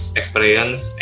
experience